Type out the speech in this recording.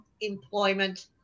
employment